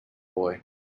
boy